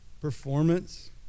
performance